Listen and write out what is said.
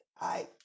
I-